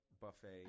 buffet